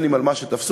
גם על מה שתפסו,